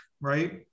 right